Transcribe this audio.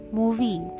movie